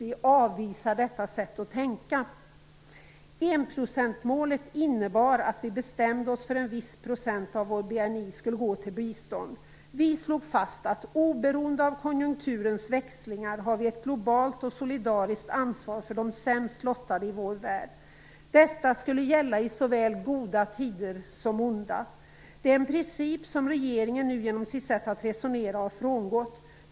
Vi avvisar detta sätt att tänka. Enprocentsmålet innebar att vi bestämde oss för att en viss procent av vår BNI skulle gå till bistånd. Vi slog fast att vi, oberoende av konjunkturens växlingar, har ett globalt och solidariskt ansvar för de sämst lottade i vår värld. Detta skulle gälla i såväl goda tider som onda. Det är en princip som regeringen nu genom sitt sätt att resonera på har frångått.